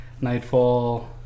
nightfall